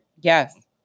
yes